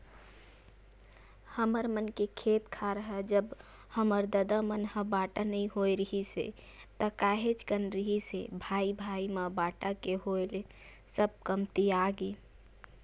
हमर मन के खेत खार ह जब हमर ददा मन ह बाटा नइ होय रिहिस हे ता काहेच कन रिहिस हे भाई भाई म बाटा के होय ले सब कमतियागे